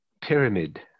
pyramid